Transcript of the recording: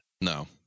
No